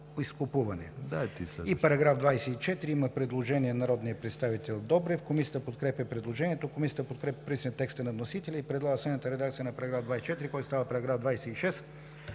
изкупуване”.“ По § 24 има предложение от народния представител Делян Добрев. Комисията подкрепя предложението. Комисията подкрепя по принцип текста на вносителя и предлага следната редакция на § 24, който става § 26: „§ 26.